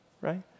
right